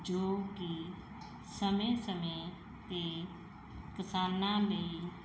ਜੋ ਕਿ ਸਮੇਂ ਸਮੇਂ 'ਤੇ ਕਿਸਾਨਾਂ ਲਈ